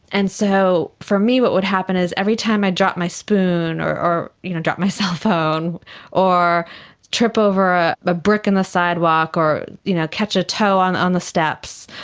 and so for me what would happen is every time i would drop my spoon or or you know drop my cell phone or trip over a but brick in the sidewalk or you know catch a toe on on the steps,